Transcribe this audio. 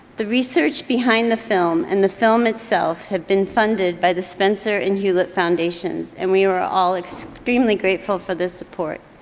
the research behind the film and the film itself have been funded by the spencer and hewlett foundations and we were all extremely grateful for the support.